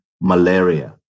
malaria